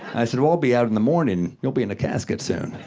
i said, well, i'll be out in the morning. you'll be in a casket soon.